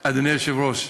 אדוני היושב-ראש,